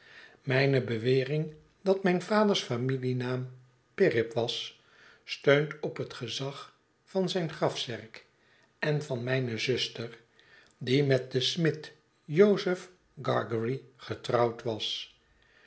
mijne bewering dat mijn vaders familienaam pirrip was steunt op het gezag van zijne grafzerk en van mijne zuster die met den smid jozef gargery getrouwd was